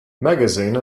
magazine